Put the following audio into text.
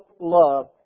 love